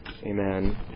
Amen